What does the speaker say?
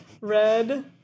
Red